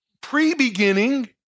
pre-beginning